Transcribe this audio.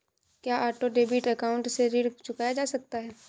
क्या auto debit account से ऋण चुकाया जा सकता है?